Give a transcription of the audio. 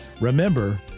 remember